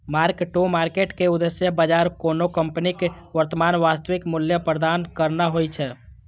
mark to market के उद्देश्य बाजार कोनो कंपनीक वर्तमान वास्तविक मूल्य प्रदान करना होइ छै